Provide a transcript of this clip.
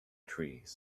trees